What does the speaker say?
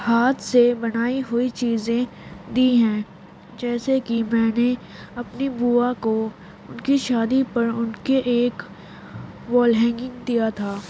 ہاتھ سے بنائی ہوئی چیزیں دی ہیں جیسے کہ میں نے اپنی بوا کو ان کی شادی پر ان کے ایک وال ہینگنگ دیا تھا